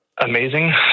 Amazing